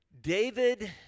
David